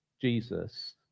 Jesus